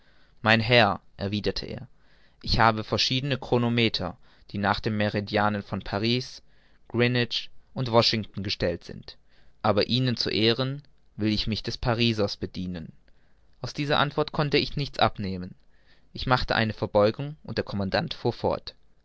mein herr erwiderte er ich habe verschiedene chronometer die nach den meridianen von paris greenwich und washington gestellt sind aber ihnen zu ehren will ich mich des parisers bedienen aus dieser antwort konnte ich nichts abnehmen ich machte eine verbeugung und der commandant fuhr fort